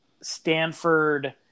Stanford